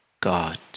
God